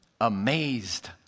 amazed